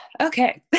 Okay